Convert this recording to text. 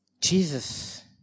Jesus